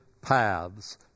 paths